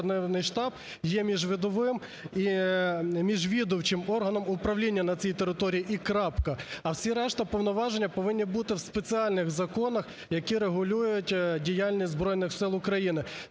штаб є міжвидовим і міжвідомчим органом управління на цій території, і крапка. А всі решта повноважень повинні бути в спеціальних законах, які регулюють діяльність Збройних Сил України.